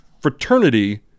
fraternity